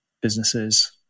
businesses